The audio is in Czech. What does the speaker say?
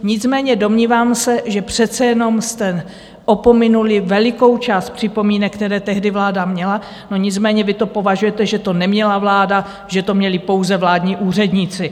Nicméně domnívám se, že přece jenom jste opominuli velikou část připomínek, které tehdy vláda měla o nicméně vy to považujete, že to neměla vláda, že to měli pouze vládní úředníci.